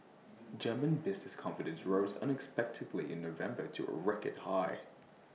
German business confidence rose unexpectedly in November to A record high